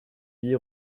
vie